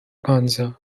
panza